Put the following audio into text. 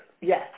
yes